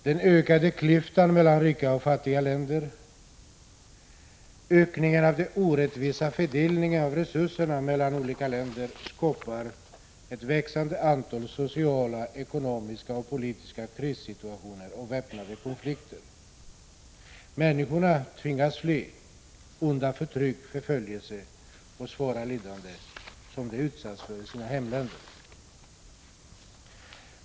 Den ökade klyftan mellan rika och fattiga länder, den alltmer orättvisa fördelningen av resurserna mellan olika länder, skapar ett växande antal sociala, ekonomiska och politiska krissituationer och väpnade konflikter. Människorna tvingas fly undan förtryck, förföljelse och svåra lidanden som de utsätts för i sina hemländer.